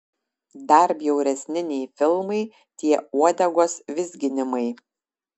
dar bjauresni nei filmai tie uodegos vizginimai